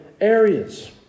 areas